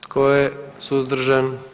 Tko je suzdržan?